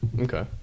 Okay